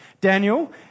Daniel